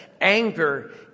anger